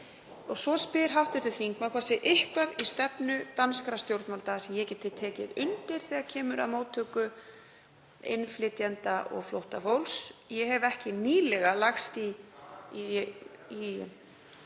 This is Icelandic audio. er. Svo spyr hv. þingmaður hvort eitthvað sé í stefnu danskra stjórnvalda sem ég geti tekið undir þegar kemur að móttöku innflytjenda og flóttafólks. Ég hef ekki nýlega lagst í